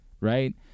right